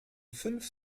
fünf